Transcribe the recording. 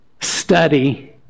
study